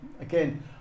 again